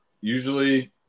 usually